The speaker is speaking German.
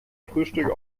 frühstück